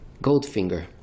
Goldfinger